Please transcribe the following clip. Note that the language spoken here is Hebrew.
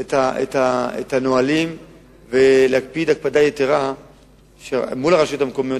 את הנהלים ולהקפיד הקפדה יתירה מול הרשויות המקומיות,